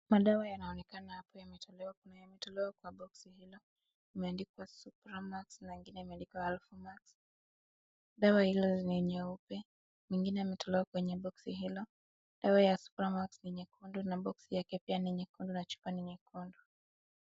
Madawa yanaonekana hapo yametolewa, kuna yametolewa kwa boxi[/cs] hilo. Imeandikwa Supramax[/cs] na ingine imeandikwa Alphamax[/cs]. Dawa hilo ni nyeupe. Mingine yametolewa kwenye boxi[/cs] hilo. Dawa ya Supramax[/cs] ni nyekundu na boxi[/cs] yake pia ni nyekundu na chupa ni nyekundu.